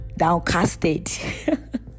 downcasted